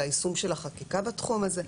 ליישום של החקיקה בתחום הזה.